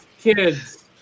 kids